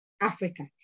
Africa